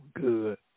good